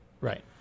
Right